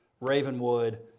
Ravenwood